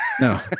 No